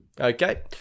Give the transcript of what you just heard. Okay